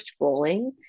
scrolling